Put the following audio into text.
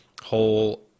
whole